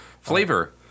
flavor